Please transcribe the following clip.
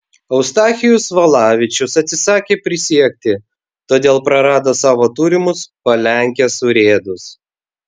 eustachijus valavičius atsisakė prisiekti todėl prarado savo turimus palenkės urėdus